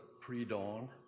pre-dawn